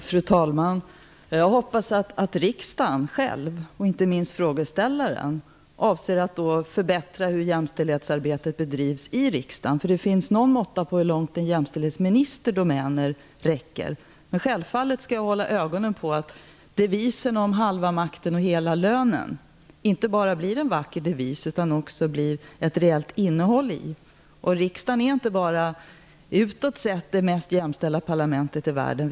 Fru talman! Jag hoppas att riksdagen själv, och inte minst frågeställaren, avser att förbättra sättet man bedriver jämställdhetsarbetet på i riksdagen. Det finns någon måtta på hur långt en jämställdhetsministers domäner räcker. Självfallet skall jag hålla ögonen på att devisen Halva makten och hela lönen inte bara blir en vacker devis, utan att den också får ett reellt innehåll. Riksdagen är inte bara utåt sett det mest jämställda parlamentet i världen.